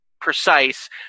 precise